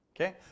Okay